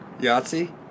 Yahtzee